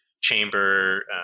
chamber